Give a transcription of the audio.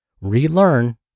Relearn